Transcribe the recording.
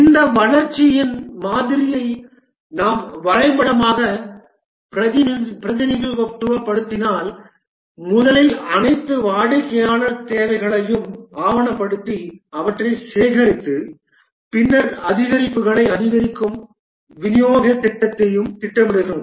இந்த வளர்ச்சியின் மாதிரியை நாம் வரைபடமாக பிரதிநிதித்துவப்படுத்தினால் முதலில் அனைத்து வாடிக்கையாளர் தேவைகளையும் ஆவணப்படுத்தி அவற்றை சேகரித்து பின்னர் அதிகரிப்புகளையும் அதிகரிக்கும் விநியோக திட்டத்தையும் திட்டமிடுகிறோம்